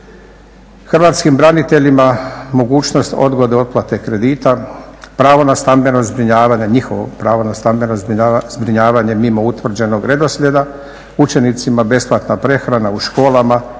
hrvatskim braniteljima mogućnost odgode otplate kredita, pravo na stambeno zbrinjavanje, njihovo pravo na stambeno zbrinjavanje mimo utvrđenog redoslijeda, učenicima besplatna prehrana u školama